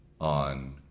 on